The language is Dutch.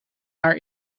haar